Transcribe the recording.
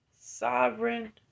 sovereign